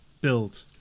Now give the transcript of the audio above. build